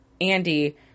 andy